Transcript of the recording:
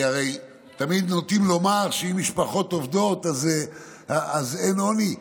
הרי תמיד נוטים לומר שאם משפחות עובדות אז אין עוני.